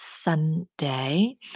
Sunday